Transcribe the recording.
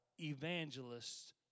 evangelists